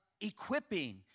equipping